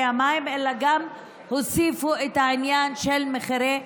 המים אלא גם הוסיפו את העניין של מחירי החשמל.